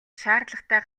шаардлагатай